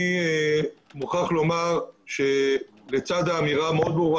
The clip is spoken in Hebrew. אני מוכרח לומר שבצד האמירה המאוד ברורה